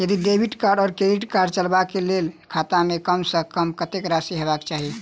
यदि डेबिट वा credit card चलबाक कऽ लेल खाता मे कम सऽ कम कत्तेक राशि हेबाक चाहि?